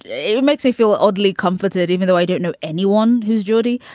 it makes me feel oddly comforted, even though i don't know anyone who's judy.